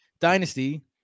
Dynasty